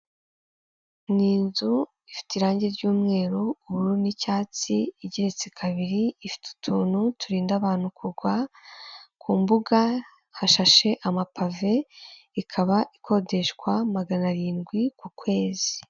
Nta muntu utagira inzozi zo kuba mu nzu nziza kandi yubatse neza iyo nzu iri mu mujyi wa kigali uyishaka ni igihumbi kimwe cy'idolari gusa wishyura buri kwezi maze nawe ukibera ahantu heza hatekanye.